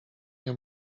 nie